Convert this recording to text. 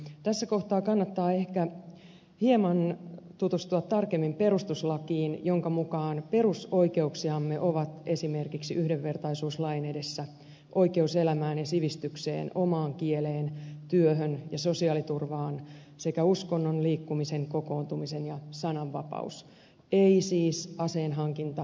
tässä kohtaa kannattaa ehkä tutustua hieman tarkemmin perustuslakiin jonka mukaan perusoikeuksiamme ovat esimerkiksi yhdenvertaisuus lain edessä oikeus elämään ja sivistykseen omaan kieleen työhön ja sosiaaliturvaan sekä uskonnon liikkumisen ja kokoontumisen vapaus ja sananvapaus ei siis aseen hankinta ja hallussapito